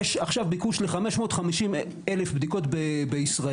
יש עכשיו ביקוש ל-550 אלף בדיקות בישראל,